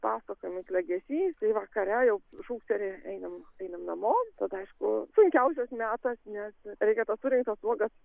pasakojimai klegesys tai vakare jau šūkteli einam einam namo tada aišku sunkiausias metas nes reikia tas surinktas uogas